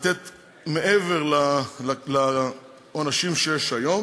לתת מעבר לעונשים שיש היום.